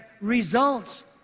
results